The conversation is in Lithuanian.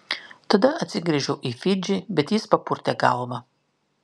tada atsigręžiau į fidžį bet jis papurtė galvą